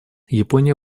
япония